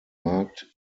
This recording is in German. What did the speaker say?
markt